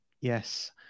Yes